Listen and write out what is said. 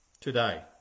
today